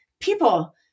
people